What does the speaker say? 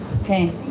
okay